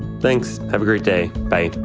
thanks. have a great day. bye